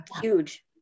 huge